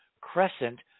crescent